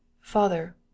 Father